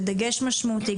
ודגש משמעותי,